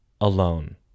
alone